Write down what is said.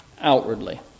outwardly